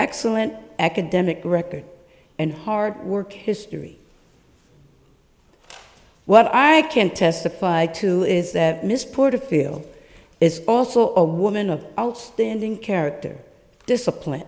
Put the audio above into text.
excellent academic record and hard work history what i can testify to is that ms porter feel is also a woman of outstanding character discipline